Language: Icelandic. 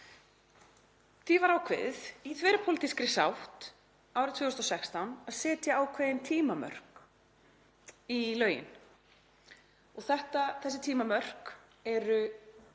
Því var ákveðið í þverpólitískri sátt árið 2016 að setja ákveðin tímamörk í lögin. Þessi tímamörk eru